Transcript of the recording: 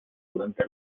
durante